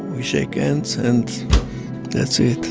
we shake hands, and that's it